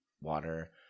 water